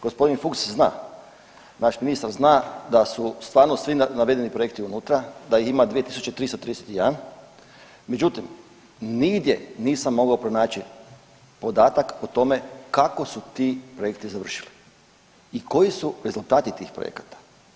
Gospodin Fuch zna, naš ministar zna da su stvarno navedeni projekti unutra, da ih ima 2331, međutim nigdje nisam mogao pronaći podatak o tome kako su ti projekti završili i koji su rezultati tih projekata.